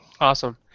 Awesome